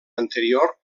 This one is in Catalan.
anterior